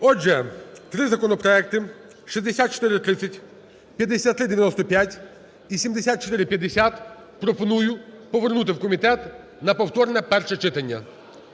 Отже, три законопроекти: 6430, 5395 і 7450 – пропоную повернути в комітет на повторне перше читання.